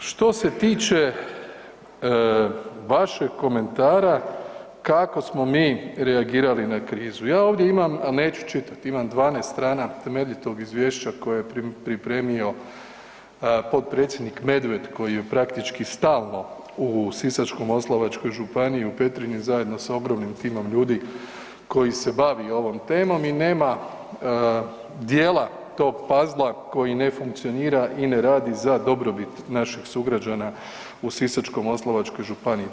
Što se tiče vašeg komentara kako smo mi reagirali na krizu, ja ovdje imam, a neću čitat, imam 12 strana temeljitog izvješća koje je pripremio potpredsjednik Medved koji je praktički stalno u Sisačko-moslavačkoj županiji i u Petrinji zajedno sa ogromnim timom ljudi koji se bavi ovom temom i nema dijela tog pazla koji ne funkcionira i ne radi za dobrobit naših sugrađana u Sisačko-moslavačkoj županiji.